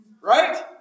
Right